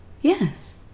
Yes